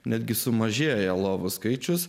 netgi sumažėja lovų skaičius